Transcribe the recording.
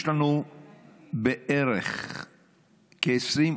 יש לנו בערך כ-22